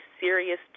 serious